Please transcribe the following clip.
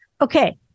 okay